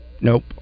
Nope